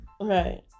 Right